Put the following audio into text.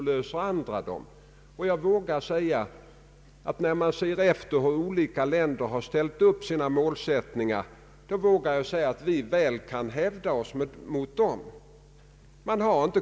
Man inser tydligen att marknadskrafterna inte automatiskt löser människornas problem.